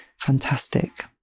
Fantastic